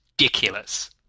ridiculous